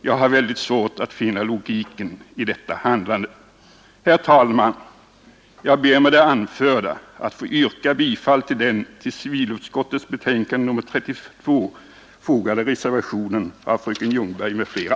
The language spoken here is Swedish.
Jag har väldigt svårt att finna logiken i detta handlande. Herr talman! Jag ber att med det anförda få yrka bifall till den vid civilutskottets betänkande nr 32 fogade reservationen av fröken Ljungberg m.fl.